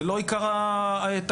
זה לא עיקר התקציב.